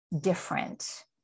different